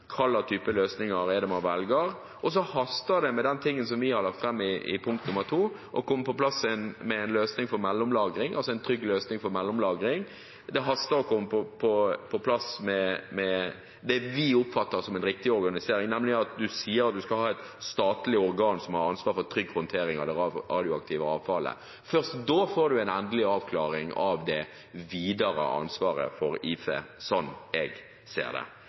det vi har lagt fram i forslag nr. 2, å få på plass en trygg løsning for mellomlagring. Det haster med å få på plass det vi oppfatter som en riktig organisering, nemlig at man sier at man skal ha et statlig organ som har ansvar for trygg håndtering av det radioaktive avfallet. Først da får man en endelig avklaring av det videre ansvar for IFE, slik jeg ser det.